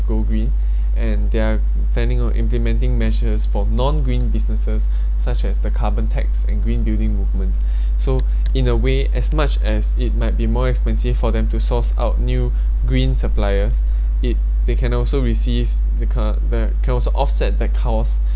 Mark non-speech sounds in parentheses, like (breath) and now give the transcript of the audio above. go green and they're planning on implementing measures for non-green businesses (breath) such as the carbon tax and green building movements (breath) so in a way as much as it might be more expensive for them to source out new (breath) green suppliers it they can also receive the can~ they can also offset the cost